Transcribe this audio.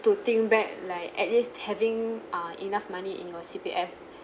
to think back like at least having uh enough money in your C_P_F